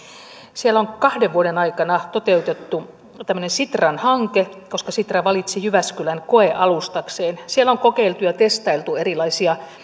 siellä on kahden vuoden aikana toteutettu tämmöinen sitran hanke koska sitra valitsi jyväskylän koealustakseen siellä on kokeiltu ja testailtu erilaisia